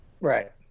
Right